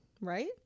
right